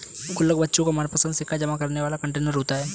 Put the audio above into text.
गुल्लक बच्चों का मनपंसद सिक्का जमा करने वाला कंटेनर होता है